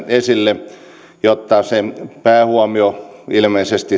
esille jotta se päähuomio ilmeisesti